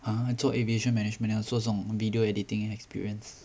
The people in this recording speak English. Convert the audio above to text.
!huh! 做 aviation management 要做这种 video editing experience